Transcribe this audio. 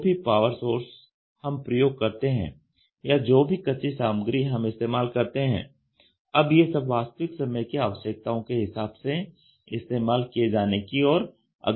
जो भी power source हम प्रयोग करते हैं या जो भी कच्ची सामग्री हम इस्तेमाल करते हैं अब ये सब वास्तविक समय की आवश्यकताओं के हिसाब से इस्तेमाल किए जाने को ओर अग्रसर है